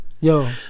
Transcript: yo